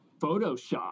Photoshop